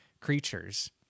creatures